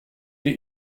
die